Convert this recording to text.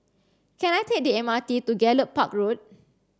can I take the M R T to Gallop Park Road